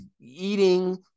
eating